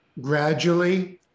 gradually